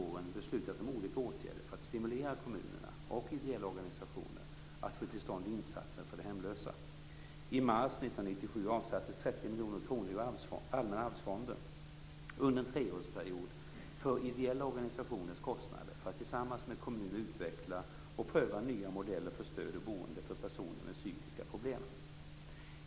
I mars 1997 avsattes 30 miljoner kronor ur Allmänna arvsfonden under en treårsperiod för ideella organisationers kostnader för att tillsammans med kommuner utveckla och pröva nya modeller för stöd och boende för personer med psykiska problem.